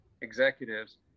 executives